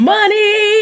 Money